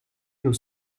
nos